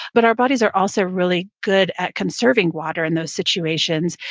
but our bodies are also really good at conserving water in those situations,